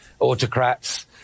autocrats